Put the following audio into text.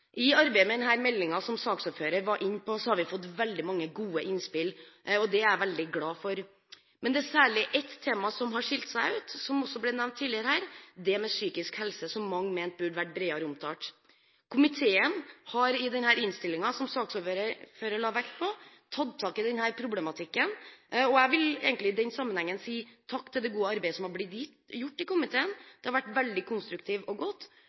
I arbeidet med denne meldingen har vi – som saksordføreren var inne på – fått veldig mange gode innspill, og det er jeg veldig glad for. Men det er særlig ett tema som har skilt seg ut, som også ble nevnt tidligere her, nemlig psykisk helse, som mange mente burde vært bredere omtalt. Komiteen har i denne innstillingen som saksordføreren la vekt på, tatt tak i denne problematikken, og jeg vil i den sammenhengen si takk til det gode arbeidet som er blitt gjort i komiteen. Det har vært veldig konstruktivt og godt,